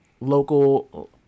local